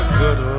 good